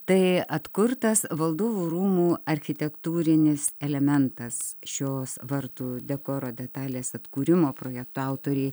tai atkurtas valdovų rūmų architektūrinis elementas šios vartų dekoro detalės atkūrimo projekto autorė